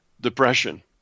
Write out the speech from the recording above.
depression